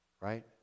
right